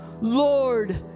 Lord